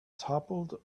toppled